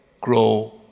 grow